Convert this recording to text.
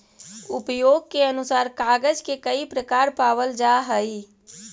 उपयोग के अनुसार कागज के कई प्रकार पावल जा हई